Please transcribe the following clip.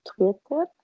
Twitter